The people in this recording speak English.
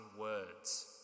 words